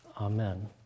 amen